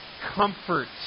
comfort